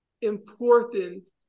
important